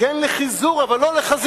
כן לחיזור אבל לא לחזירים.